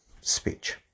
speech